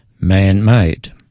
man-made